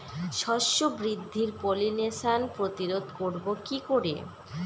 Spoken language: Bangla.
শস্য বৃদ্ধির পলিনেশান প্রতিরোধ করব কি করে?